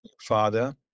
father